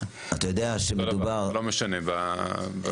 לא 20. זה אותו דבר, זה לא משנה בסיפור הזה.